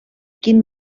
quin